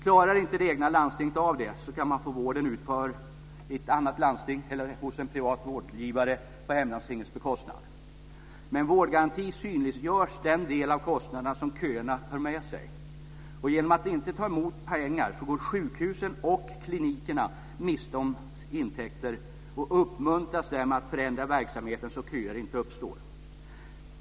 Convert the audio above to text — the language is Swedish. Klarar inte det egna landstinget av det ska man kunna få vården utförd i ett annat landsting eller hos en privat vårdgivare på hemlandstingets bekostnad. Med en vårdgaranti synliggörs den del av kostnaderna som köerna för med sig. Genom att inte ta emot patienter går sjukhusen och klinikerna miste om intäkter och uppmuntras därmed till att förändra verksamheten så att köer inte uppstår.